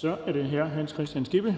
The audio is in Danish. Kl. 14:46 Hans Kristian Skibby (DF):